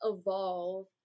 evolve